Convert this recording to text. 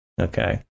Okay